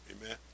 amen